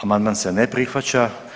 Amandman se ne prihvaća.